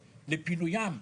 לפינויים,